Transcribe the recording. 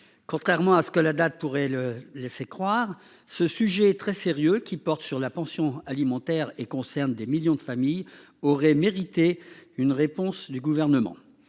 Contrairement à ce que la date pourrait le laisser croire, ce sujet très sérieux qui porte sur la pension alimentaire et concerne des millions de familles auraient mérité une réponse du gouvernement